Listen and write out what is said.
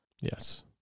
Yes